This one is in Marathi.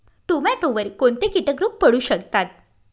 टोमॅटोवर कोणते किटक रोग पडू शकतात?